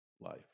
life